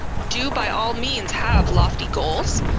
do, by all means, have lofty goals,